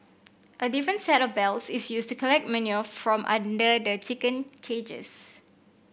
a different set of belts is used to collect manure from under the chicken cages